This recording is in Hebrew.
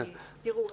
תראו,